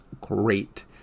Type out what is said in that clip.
great